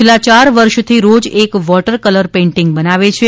છેલ્લા યાર વર્ષથી રોજ એક વોટર કલર પેઇન્ટિંગ બનાવે છે